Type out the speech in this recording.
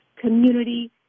community